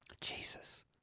Jesus